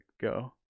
go